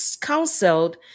counseled